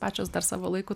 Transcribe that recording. pačios dar savo laiku